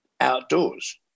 outdoors